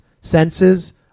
senses